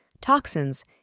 toxins